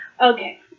Okay